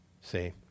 See